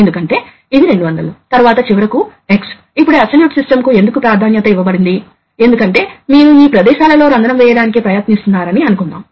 సాధారణంగా ఒక power amplifier ఉంటుంది ఎందుకంటే మైక్రోప్రాసెసర్ సాధారణంగా కాయిల్ ని డ్రైవ్ చేయలేదు